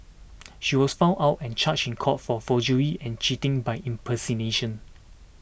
she was found out and charged in court for forgery and cheating by impersonation